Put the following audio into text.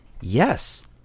Yes